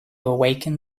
awaken